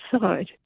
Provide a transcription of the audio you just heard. side